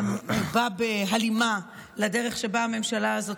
זה בא בהלימה לדרך שבה הממשלה הזאת